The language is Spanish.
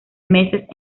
meses